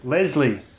Leslie